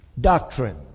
doctrine